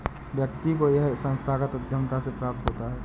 व्यक्ति को यह संस्थागत उद्धमिता से प्राप्त होता है